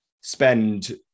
spend